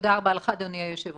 תודה רבה לך, אדוני היושב-ראש.